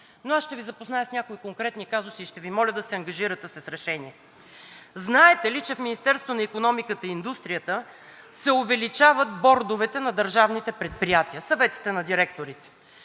но аз ще Ви запозная с някои конкретни казуси и ще Ви моля да се ангажирате с решение. Знаете ли, че в Министерството на икономиката и индустрията се увеличават бордовете на държавните предприятия, съветите на директорите